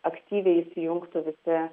aktyviai įsijungtų visi